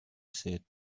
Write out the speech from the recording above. said